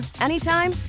anytime